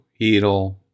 Heedle